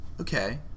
Okay